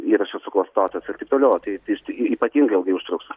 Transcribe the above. įrašas suklastotas ir taip toliau tai tai ypatingai ilgai užtruks